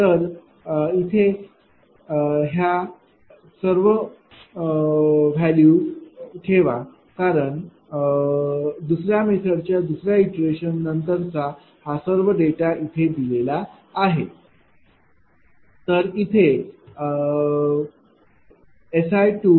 तर इथे ह्या सर्व व्हॅल्यू ठेवा कारण दुसर्या मेथड च्या दुसऱ्या इटरेशन नंतरचा हा सर्व डेटा इथे दिलेला आहे तर इथे SI214 40